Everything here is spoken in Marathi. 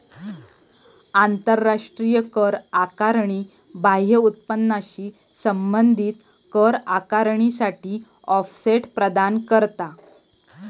आंतराष्ट्रीय कर आकारणी बाह्य उत्पन्नाशी संबंधित कर आकारणीसाठी ऑफसेट प्रदान करता